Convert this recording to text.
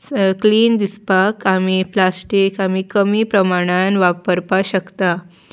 clean दिसपाक आमी plastic आमी कमी प्रमाणान वापरपाक शकता